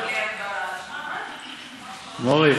מורי?